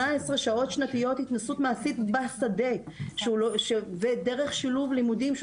שעות שנתיות התנסות מעשית בשדה ודרך שילוב לימודים שהוא